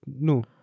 no